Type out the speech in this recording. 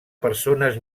persones